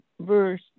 verse